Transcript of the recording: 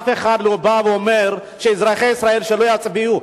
אף אחד לא בא ואומר שאזרחי ישראל לא יצביעו.